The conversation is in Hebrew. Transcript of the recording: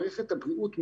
מערכת הבריאות,